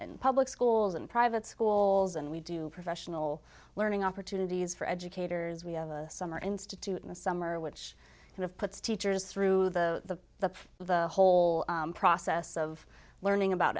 in public schools and private schools and we do professional learning opportunities for educators we have a summer institute in the summer which kind of puts teachers through the the the whole process of learning about